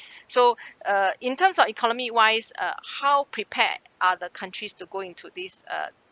so uh in terms of economy wise uh how prepared are the countries to go into these uh